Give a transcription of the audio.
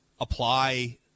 apply